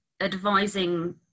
advising